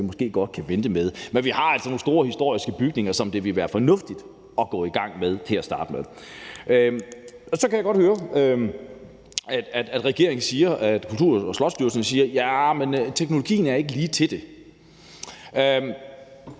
vi måske godt kan vente med. Men vi har altså nogle store historiske bygninger, som det ville være fornuftigt at gå i gang med til at starte med. Så kan jeg høre, at regeringen siger, at Slots- og Kulturstyrelsen siger: Jah, men teknologien er ikke lige til det.